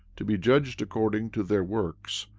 to be judged according to their works,